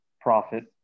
profit